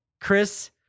Chris